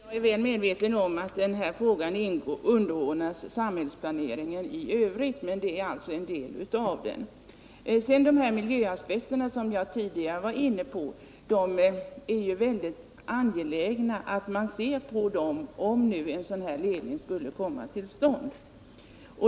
Herr talman! Jag är väl medveten om att denna fråga är underordnad samhällsplaneringen i övrigt, men den är också en del av denna. Det är vidare mycket angeläget att studera de miljöaspekter som jag tidigare var inne på, för den händelse att den aktuella ledningen skulle komma till stånd.